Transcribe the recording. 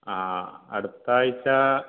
ആ അടുത്താഴ്ച